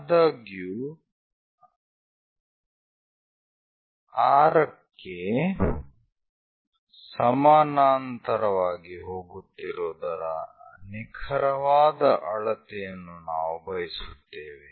ಆದಾಗ್ಯೂ 6 ಕ್ಕೆ ಸಮಾನಾಂತರವಾಗಿ ಹೋಗುತ್ತಿರುವುದರ ನಿಖರವಾದ ಅಳತೆಯನ್ನು ನಾವು ಬಯಸುತ್ತೇವೆ